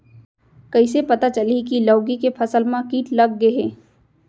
कइसे पता चलही की लौकी के फसल मा किट लग गे हे?